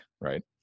right